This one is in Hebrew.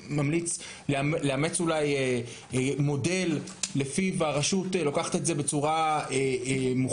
אתה ממליץ לאמץ אולי מודל לפיו הרשות לוקחת את זה בצורה מוחלטת?